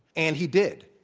and he did.